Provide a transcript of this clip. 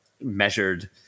measured